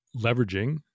leveraging